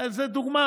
זו דוגמה.